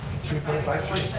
three point five three.